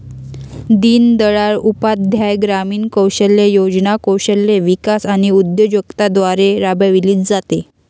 दीनदयाळ उपाध्याय ग्रामीण कौशल्य योजना कौशल्य विकास आणि उद्योजकता द्वारे राबविली जाते